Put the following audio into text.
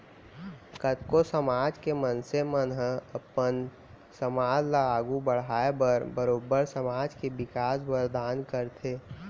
कतको समाज के मनसे मन ह अपन समाज ल आघू बड़हाय बर बरोबर समाज के बिकास बर दान करथे